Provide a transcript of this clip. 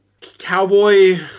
Cowboy